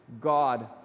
God